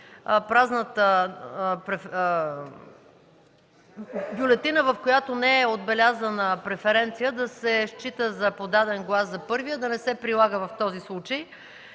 празната бюлетина, в която не е отбелязана преференция да се счита за подаден глас за първия да не се прилага в този случай.